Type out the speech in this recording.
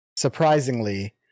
Surprisingly